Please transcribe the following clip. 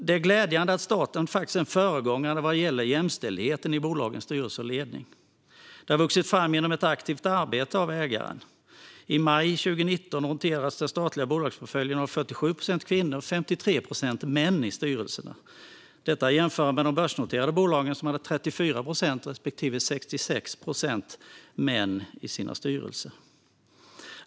Det är glädjande att staten är en föregångare vad gäller jämställdheten i bolagens styrelser och ledningar. Detta har vuxit fram genom ett aktivt arbete av ägaren. I maj 2019 noterades den statliga bolagsportföljen ha 47 procent kvinnor och 53 procent män i styrelserna. Detta kan jämföras med de börsnoterade bolagen, som hade 34 procent kvinnor och 66 procent män i sina styrelser.